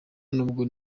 n’ubwo